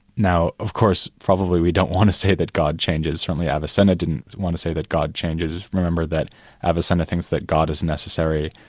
now, of course, probably we don't want to say that god changes, certainly avicenna didn't want to say that god changes. remember that avicenna thinks that god is necessary,